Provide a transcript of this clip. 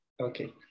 Okay